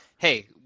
hey